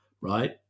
right